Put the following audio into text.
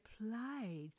applied